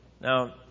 Now